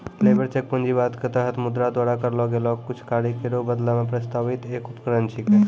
labour check पूंजीवाद क तहत मुद्रा द्वारा करलो गेलो कुछ कार्य केरो बदलै ल प्रस्तावित एक उपकरण छिकै